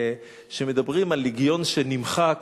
כשמדברים על לגיון שנמחק,